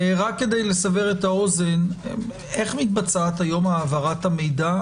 כדי לסבר את האוזן איך מתבצעת היום העברת המידע?